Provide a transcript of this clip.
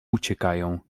uciekają